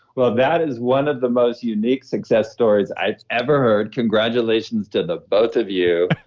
well, that is one of the most unique success stories i've ever heard congratulations to the both of you.